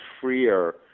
freer